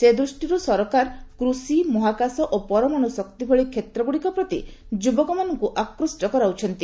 ସେ ଦୃଷ୍ଟିରୁ ସରକାର କୃଷି ମହାକାଶ ଓ ପରମାଣୁ ଶକ୍ତି ଭଳି କ୍ଷେତ୍ରଗୁଡ଼ିକ ମଧ୍ୟକ୍ ଯୁବକମାନଙ୍କୁ ଆକୃଷ୍ଟ କରାଉଛନ୍ତି